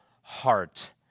heart